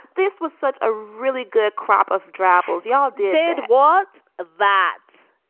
this was such a really good crop of dry apples. y'all did what? ah that's